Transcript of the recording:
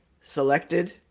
selected